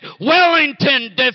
Wellington